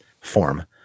form